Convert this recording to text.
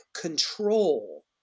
control